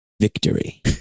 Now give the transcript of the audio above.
victory